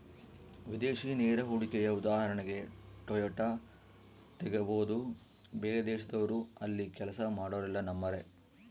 ವಿದೇಶಿ ನೇರ ಹೂಡಿಕೆಯ ಉದಾಹರಣೆಗೆ ಟೊಯೋಟಾ ತೆಗಬೊದು, ಬೇರೆದೇಶದವ್ರು ಅಲ್ಲಿ ಕೆಲ್ಸ ಮಾಡೊರೆಲ್ಲ ನಮ್ಮರೇ